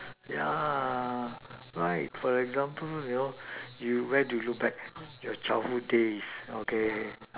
yeah right for example you know you went to look back your childhood days okay